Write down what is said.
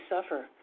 suffer